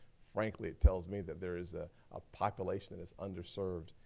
frankly, it tells me that there is a ah population that is underserved.